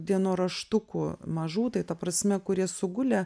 dienoraštukų mažų tai ta prasme kurie sugulę